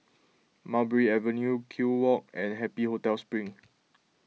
Mulberry Avenue Kew Walk and Happy Hotel Spring